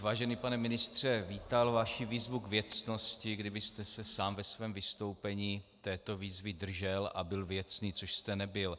Vážený pane ministře, já bych vítal vaši výzvu k věcnosti, kdybyste se sám ve svém vystoupení této výzvy držel a byl věcný, což jste nebyl.